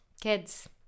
kids